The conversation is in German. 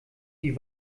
die